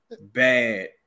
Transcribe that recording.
bad